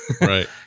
Right